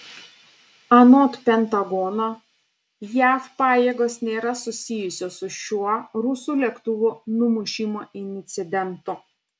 anot pentagono jav pajėgos nėra susijusios su šiuo rusų lėktuvo numušimo incidentu